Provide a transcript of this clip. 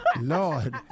Lord